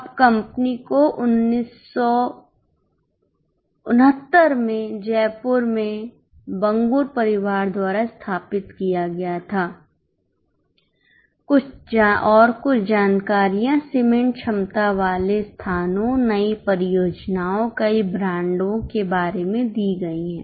अब कंपनी को 1979 में जयपुर में बंगुर परिवार द्वारा स्थापित किया गया था औरकुछ जानकारियाँ सीमेंट क्षमता वाले स्थानों नई परियोजनाओं कई ब्रांडों के बारे में दी गई है